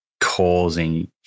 causing